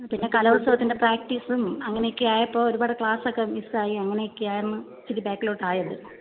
പിന്നെ കലോത്സവത്തിൻ്റെ പ്രാക്ടീസും അങ്ങനെയൊക്കെയായപ്പോൾ ഒരുപാട് ക്ലാസൊക്ക മിസ്സായി അങ്ങനെയൊക്കെയാണ് ഇച്ചിരി ബേക്കിലോട്ടായത്